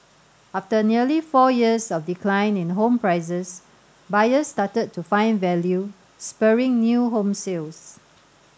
after nearly four years of decline in home prices buyers started to find value spurring new home sales